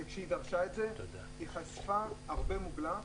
וכשהיא דרשה את זה, היא חשפה הרבה מוגלה,